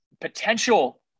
potential